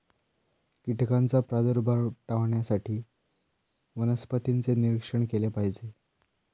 कीटकांचा प्रादुर्भाव टाळण्यासाठी वनस्पतींचे निरीक्षण केले पाहिजे